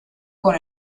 con